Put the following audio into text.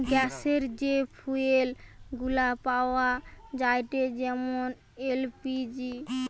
গ্যাসের যে ফুয়েল গুলা পাওয়া যায়েটে যেমন এল.পি.জি